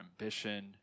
ambition